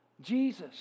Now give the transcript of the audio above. Jesus